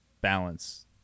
balance